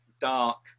Dark